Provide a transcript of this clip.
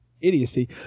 idiocy